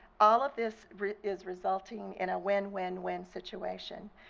all of this is resulting in a win-win-win situation.